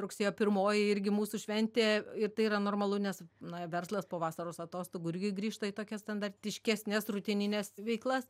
rugsėjo pirmoji irgi mūsų šventė ir tai yra normalu nes na verslas po vasaros atostogų irgi grįžta į tokias standartiškesnes rutinines veiklas